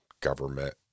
government